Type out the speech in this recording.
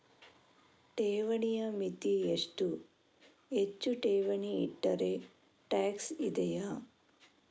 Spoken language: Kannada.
ಠೇವಣಿಯ ಮಿತಿ ಎಷ್ಟು, ಹೆಚ್ಚು ಠೇವಣಿ ಇಟ್ಟರೆ ಟ್ಯಾಕ್ಸ್ ಇದೆಯಾ?